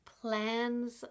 plans